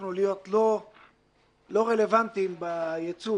שהפכנו לא רלוונטיים בייצוא